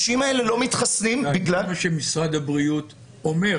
בדיוק את זה אומר משרד הבריאות.